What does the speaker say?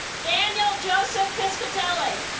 daniel joseph piscatelli